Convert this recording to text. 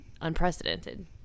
unprecedented